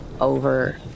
over